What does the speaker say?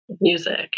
music